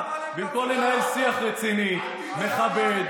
רואים ילדים את ערוץ הכנסת וחושבים: זה רב,